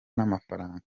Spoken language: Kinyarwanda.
n’amafaranga